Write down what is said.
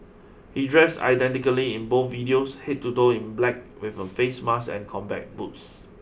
he dressed identically in both videos head to toe in black with a face mask and combat boots